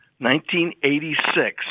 1986